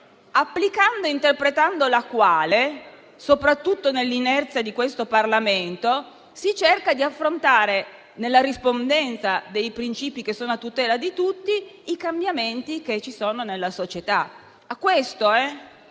interpretando e applicando la quale, soprattutto nell'inerzia di questo Parlamento, si cerca di affrontare, nella rispondenza dei principi che sono a tutela di tutti, i cambiamenti che ci sono nella società.